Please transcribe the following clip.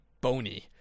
bony